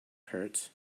parrots